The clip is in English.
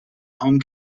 home